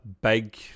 big